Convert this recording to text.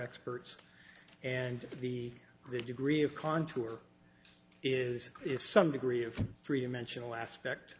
experts and the the degree of contour is is some degree of three dimensional aspect